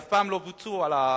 והם אף פעם לא פוצו על זה.